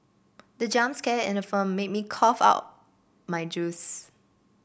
the jump scare in the film made me cough out my juice